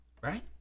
Right